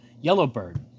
Yellowbird